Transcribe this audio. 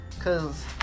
Cause